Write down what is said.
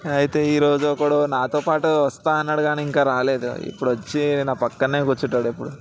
అయితే ఈ రోజు ఒకడు నాతో పాటు వస్తా అన్నాడు కానీ ఇంకా రాలేదు ఇప్పుడు వచ్చి నా పక్కనే కూర్చుంటాడు ఎప్పుడు